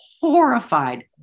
horrified